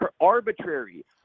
arbitrary